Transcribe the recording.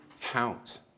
count